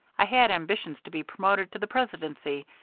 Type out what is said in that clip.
i had ambitions to be promoted to the presidency,